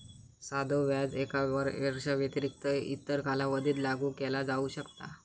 साधो व्याज एका वर्षाव्यतिरिक्त इतर कालावधीत लागू केला जाऊ शकता